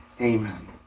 amen